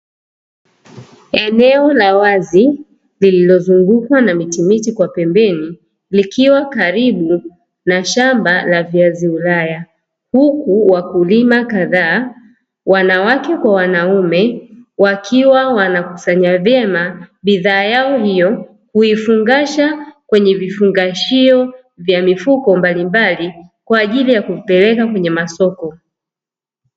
Eneo la wazi lililozungukwa na miti mirefu kwa pembeni likiwa karibu na shamba la viazi ulaya, huku wakulima kadhaa wanawake kwa wanaume wakiwa wanakusanya vyema bidhaa yao hiyo kuifungasha kwenye vifungashio vya mifuko mbalimbali kwa ajili ya kupeleka kwenye masoko.